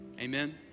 amen